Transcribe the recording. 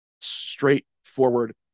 straightforward